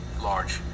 large